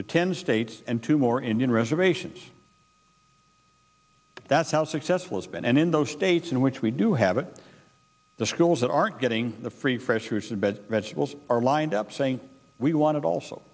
to ten states and two more indian reservations that's how successful it's been and in those states in which we do have it the schools that aren't getting the free fresher's abed vegetables are lined up saying we want to also